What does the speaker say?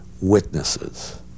witnesses